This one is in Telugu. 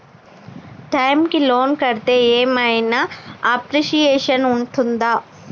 టైమ్ కి లోన్ కడ్తే ఏం ఐనా అప్రిషియేషన్ ఉంటదా?